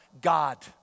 God